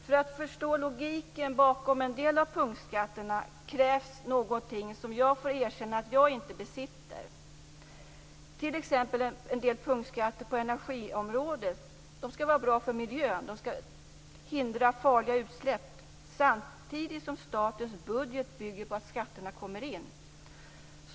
För att förstå logiken bakom en del av punktskatterna krävs någonting som jag får erkänna att jag inte besitter. T.ex. skall en del punktskatter på energiområdet vara bra för miljön. De skall hindra farliga utsläpp, samtidigt som statens budget bygger på att skatterna kommer in.